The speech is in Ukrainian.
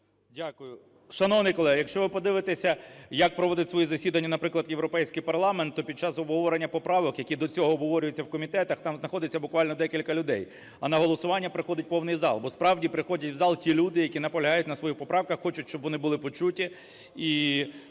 Дякую. Шановні колеги, якщо ви подивитеся, як проводить свої засідання, наприклад, Європейський парламент, то під час обговорення поправок, які до цього обговорюються в комітетах, там знаходиться буквально декілька людей, а на голосування приходить повний зал, бо справді приходять в зал ті люди, які наполягають на своїх поправках, хочуть щоб вони були почуті